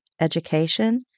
education